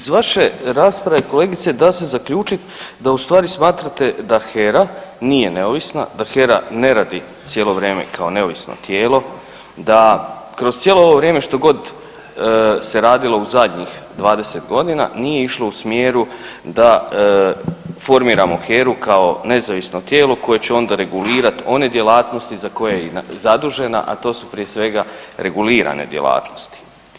Iz vaše rasprave kolegice da se zaključiti da u stvari smatrate da HERA nije neovisna, da HERA ne radi cijelo vrijeme kao neovisno tijelo, da kroz cijelo ovo vrijeme što god se radilo u zadnjih 20 godina nije išlo u smjeru da formiramo HERU kao nezavisno tijelo koje će onda regulirati one djelatnosti za koje je i zadužena, a to su prije svega regulirane djelatnosti.